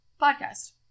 podcast